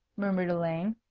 murmured elaine.